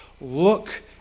look